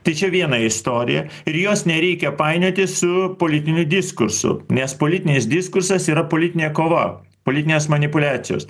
tai čia viena istorija ir jos nereikia painioti su politiniu diskursu nes politinis diskursas yra politinė kova politinės manipuliacijos